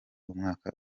umwaka